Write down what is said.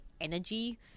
energy